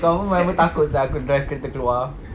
confirm my mum takut sia aku drive kereta keluar